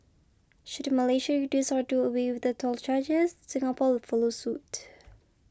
should Malaysia reduce or do away with the toll charges Singapore will follow suit